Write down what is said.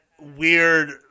weird